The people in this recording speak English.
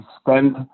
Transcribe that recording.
spend